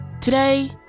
Today